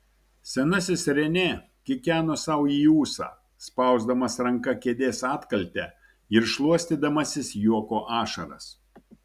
senasis renė kikeno sau į ūsą spausdamas ranka kėdės atkaltę ir šluostydamasis juoko ašaras